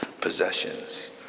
possessions